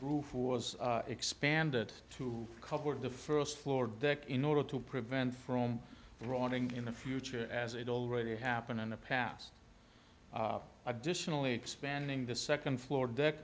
roof was expanded to cover the first floor deck in order to prevent from running in the future as it already happened in the past additionally expanding the second floor deck